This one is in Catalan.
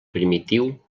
primitiu